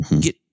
get